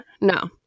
no